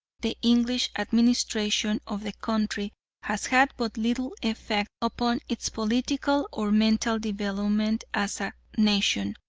the english administration of the country has had but little effect upon its political or mental development as a nation,